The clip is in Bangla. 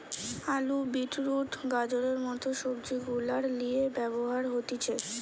আলু, বিট রুট, গাজরের মত সবজি গুলার লিয়ে ব্যবহার হতিছে